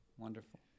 Wonderful